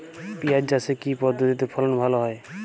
পিঁয়াজ চাষে কি পদ্ধতিতে ফলন ভালো হয়?